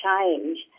change